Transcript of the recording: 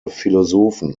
philosophen